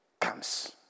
comes